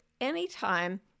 anytime